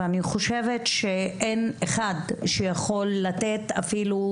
אני חושבת שאין אחד שיכול לתת אפילו